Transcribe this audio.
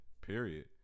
Period